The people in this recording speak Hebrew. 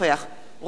רוני בר-און,